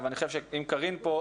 אם קארין פה,